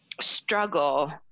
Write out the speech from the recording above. struggle